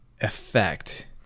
effect